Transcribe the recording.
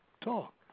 talk